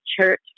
church